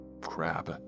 Crap